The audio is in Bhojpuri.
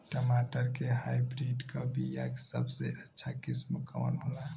टमाटर के हाइब्रिड क बीया सबसे अच्छा किस्म कवन होला?